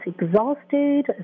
exhausted